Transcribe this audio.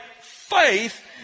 faith